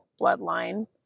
bloodline